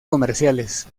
comerciales